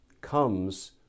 comes